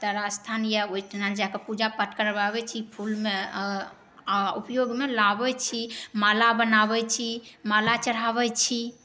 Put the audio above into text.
तारा स्थान यऽ ओहिठाम जायके पूजा पाठ करबाबै छी फूलमे उपयोगमे लाबै छी माला बनाबै छी माला चढ़ाबै छी